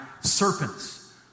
serpents